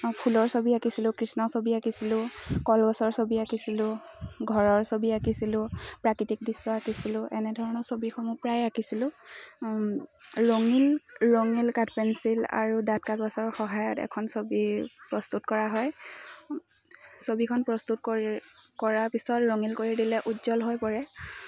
ফুলৰ ছবি আঁকিছিলোঁ কৃষ্ণ ছবি আঁকিছিলোঁ কলগছৰ ছবি আঁকিছিলোঁ ঘৰৰ ছবি আঁকিছিলোঁ প্ৰাকৃতিক দৃশ্য আঁিছিলোঁ এনেধৰণৰ ছবিসমূহ প্ৰায় আঁকিছিলোঁ ৰঙিল ৰঙিল কাাট পেঞ্চিল আৰু ডাত কাগছৰ সহায়ত এখন ছবি প্ৰস্তুত কৰা হয় ছবিখন প্ৰস্তুত কৰি কৰাৰ পিছত ৰঙিল কৰি দিলে উজ্জ্বল হৈ পৰে